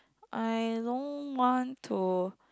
I don't want to